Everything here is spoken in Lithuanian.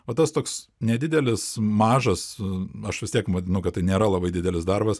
va tas toks nedidelis mažas aš vis tiek vadinu kad tai nėra labai didelis darbas